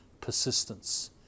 persistence